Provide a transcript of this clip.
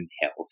health